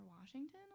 Washington